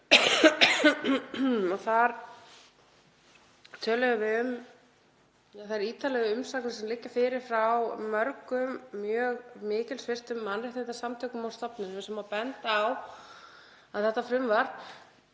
Þar töluðum við um þær ítarlegu umsagnir sem liggja fyrir frá mörgum mjög mikilsvirtum mannréttindasamtökum og stofnunum sem benda á að þetta frumvarp